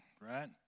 right